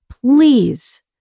Please